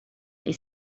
they